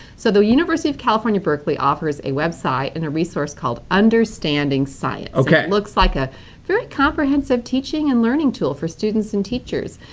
so the university of california, berkeley offers a website and a resource called understanding science. okay. it looks like a very comprehensive teaching and learning tool for students and teachers.